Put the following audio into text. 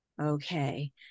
Okay